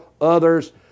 others